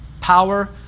power